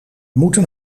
moeten